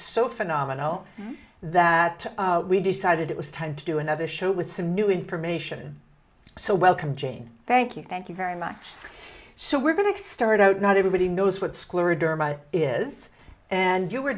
so phenomenal that we decided it was time to do another show with some new information so welcome jane thank you thank you very much so we're going to start out not everybody knows what scleroderma is and you were